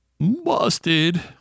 Busted